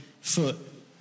foot